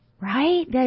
Right